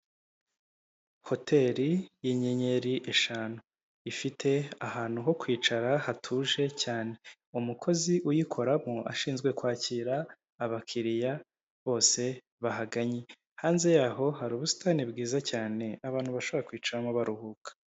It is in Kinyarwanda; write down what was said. Hoteri y'inyenyeri eshanu, ifite ahantu ho kwicara hatuje cyane, umukozi uyikoramo ashinzwe kwakira abakiriya bose bahagannye. Hanze yaho hari ubusitani bwiza cyane abantu bashobora kwicaramo baruhuka.